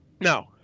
No